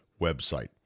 website